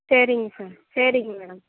சரிங்க சார் சரிங்க மேடம்